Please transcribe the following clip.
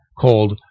called